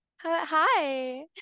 hi